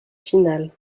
finale